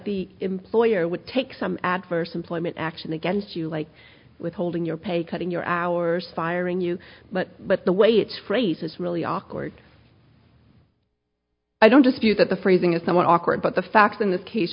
the employer would take some adverse employment action against you like withholding your pay cutting your hours firing you but but the way it's phrase is really awkward i don't dispute that the phrasing is somewhat awkward but the facts in this case